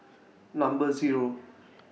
Number Zero